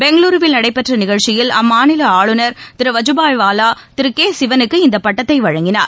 பெங்களுருவில் நடைபெற்ற நிகழ்ச்சியில் அந்த மாநில ஆளுநர் திரு வஜுபாய்வாலா திரு கே சிவனுக்கு இந்த பட்டத்தை வழங்கினார்